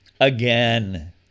again